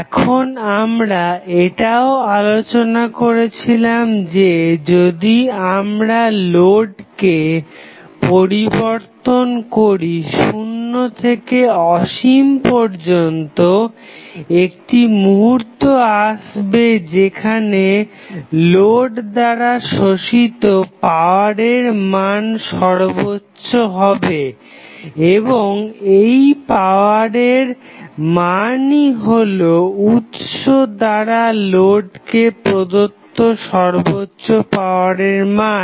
এখন আমরা এটাও আলোচনা করেছিলাম যে যদি আমরা লোডকে পরিবর্তন করি শুন্য থেকে অসীম পর্যন্ত একটি মুহূর্ত আসবে যেখানে লোড দ্বারা শোষিত পাওয়ারের মান সর্বোচ্চ হবে এবং এই পাওয়ারের মানই হলো উৎস দ্বারা লোডকে প্রদত্ত সর্বোচ্চ পাওয়ারের মান